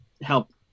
help